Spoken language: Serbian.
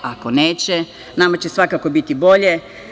Ako neće, nama će svakako biti bolje.